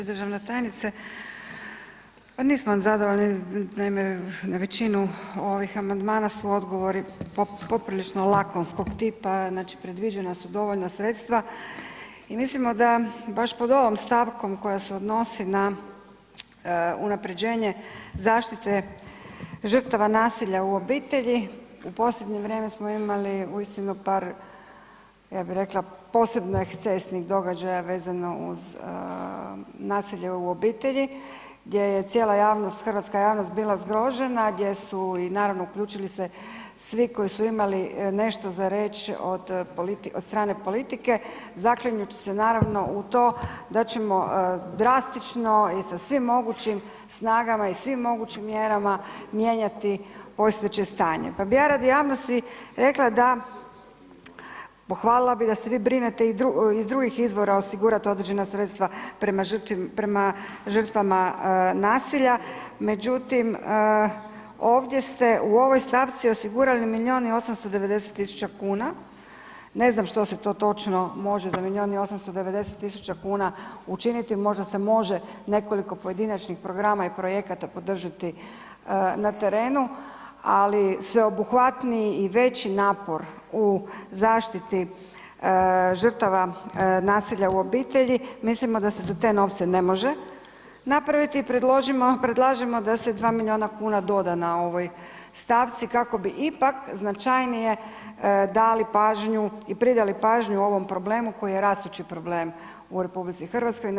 Državna tajnice, pa nismo zadovoljni, naime, većinu ovih amandmana su odgovori poprilično lakonskog tipa, znači predviđena su dovoljna sredstva i mislimo da baš pod ovom stavkom koja se odnosi na unaprjeđenje zaštite žrtava nasilja u obitelji, u posljednje vrijeme smo imali uistinu par, ja bih rekla posebno ekscesnih događaja vezano uz nasilje u obitelji gdje je cijela javnost, hrvatska javnost bila zgrožena, gdje su i naravno, uključili se svi koji su imali nešto za reći od strane politike zaklinjući se naravno u tom da ćemo drastično i sa svim mogućim snagama i svim mogućim mjerama mijenjati postojeće stanje pa bih ja radi javnosti rekla da, pohvalila bih da se vi brinete i iz drugih izvora osigurati određena sredstva prema žrtvama nasilja, međutim, ovdje ste u ovoj stavci osigurali milijun i 890 tisuća kuna, ne znam što se to točno može za milijun i 890 tisuća kuna učiniti, možda se može nekoliko pojedinačnih programa i projekata podržati na terenu, ali sveobuhvatniji i veći napor u zaštiti žrtava nasilja u obitelji, mislimo da se za te novce ne može napraviti i predlažemo da se dva milijuna kuna doda na ovoj stavci kako bi ipak značajnije dali pažnju i pridali pažnju ovom problemu koji je rastući problem u RH.